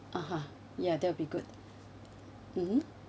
(uh huh) yeah that will be good mmhmm